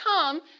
come